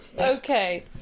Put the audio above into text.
Okay